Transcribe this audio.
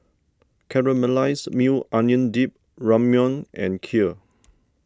Caramelized Maui Onion Dip Ramyeon and Kheer